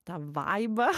tą vaibą